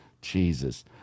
Jesus